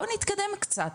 בוא נתקדם קצת,